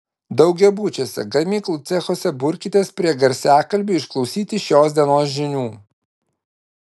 daugiabučiuose gamyklų cechuose burkitės prie garsiakalbių išklausyti šios dienos žinių